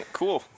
cool